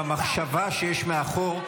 במחשבה שיש מאחור,